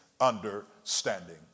understanding